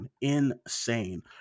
insane